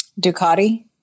Ducati